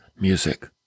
music